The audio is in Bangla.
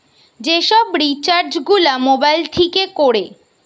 যে সব রিচার্জ গুলা মোবাইল থিকে কোরে